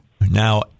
now